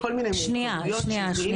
כל מיני מורכבויות שגילינו --- שנייה.